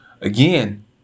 Again